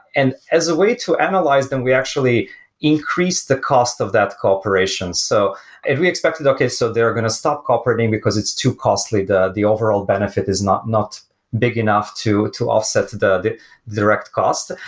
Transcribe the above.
and as a way to analyze them, we actually increased the cost of that cooperation. so we expected, okay. so they're going to stop cooperating, because it's too costly. the the overall benefit is not not big enough to to offset the direct cost.